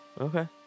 Okay